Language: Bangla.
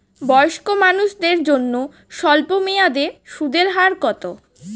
বয়স্ক মানুষদের জন্য স্বল্প মেয়াদে সুদের হার কত?